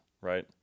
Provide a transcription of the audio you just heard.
right